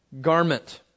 garment